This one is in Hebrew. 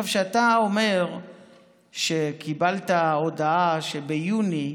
כשאתה אומר שקיבלת הודעה שביוני,